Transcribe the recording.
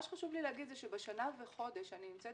מה שחשוב לי להגיד זה שבשנה וחודש שאני נמצאת